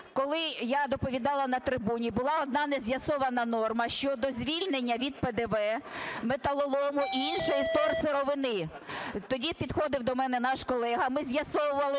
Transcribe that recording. коли я доповідала на трибуні, була одна нез'ясована норма щодо звільнення від ПДВ металолому і іншої вторсировини. Тоді підходив до мене наш колега, ми з'ясовували,